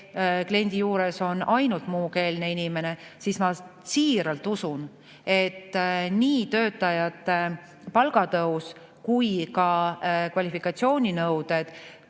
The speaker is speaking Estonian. kliendi juures on olnud ainult muukeelne inimene, siis ma siiralt usun, et nii töötajate palga tõus kui ka kvalifikatsiooninõuded